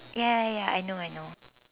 ya ya ya I know I know